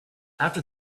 after